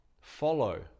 follow